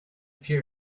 peer